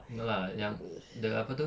no lah yang the apa tu